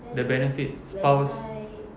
the benefits spouse